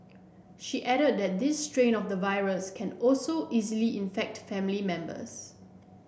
she added that this strain of the virus can also easily infect family members